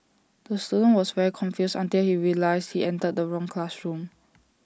the student was very confused until he realised he entered the wrong classroom